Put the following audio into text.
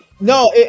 No